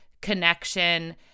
connection